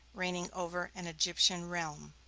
reigning over an egyptian realm.